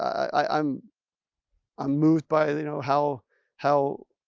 i'm um moved by you know how how